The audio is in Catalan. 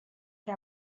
que